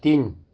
तिन